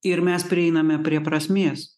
ir mes prieiname prie prasmės